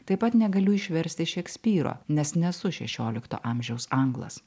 taip pat negaliu išversti šekspyro nes nesu šešiolikto amžiaus anglas